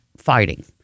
Fighting